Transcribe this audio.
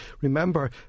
remember